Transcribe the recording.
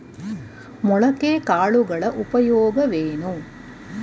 ಮೊಳಕೆ ಕಾಳುಗಳ ಉಪಯೋಗವೇನು?